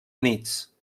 units